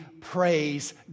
praise